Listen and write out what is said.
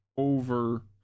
over